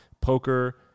poker